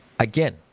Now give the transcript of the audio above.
Again